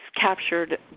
captured